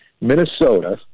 Minnesota